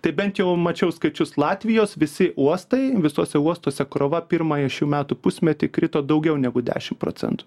tai bent jau mačiau skaičius latvijos visi uostai visuose uostuose krova pirmąjį šių metų pusmetį krito daugiau negu dešim procentų